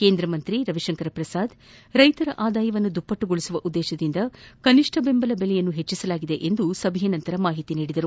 ಕೇಂದ್ರ ಸಚಿವ ರವಿಶಂಕರ್ ಪ್ರಸಾದ್ ರೈತರ ಆದಾಯವನ್ನು ದುಪ್ಪಟ್ಟುಗೊಳಿಸುವ ಉದ್ದೇಶದಿಂದ ಕನಿಷ್ಣ ಬೆಂಬಲ ಬೆಲೆ ಹೆಚ್ಚಿಸಲಾಗಿದೆ ಎಂದು ಸಭೆಯ ನಂತರ ಮಾಹಿತಿ ನೀಡಿದರು